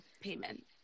payment